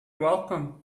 welcome